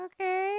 Okay